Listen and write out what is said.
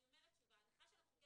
--- אני אומרת שוב ההנחה של המחוקק